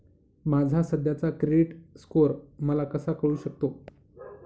माझा सध्याचा credit score मला कसा कळू शकतो?